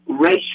race